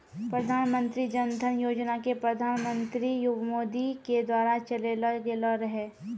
प्रधानमन्त्री जन धन योजना के प्रधानमन्त्री मोदी के द्वारा चलैलो गेलो रहै